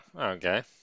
okay